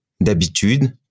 D'habitude